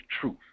truth